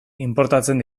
inportatzen